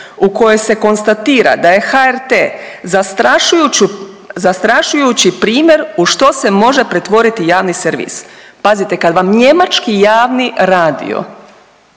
u kojoj se konstatira da je HRT zastrašujući primjer u što se može pretvoriti javni servis. Pazite, kad vam njemački javni radio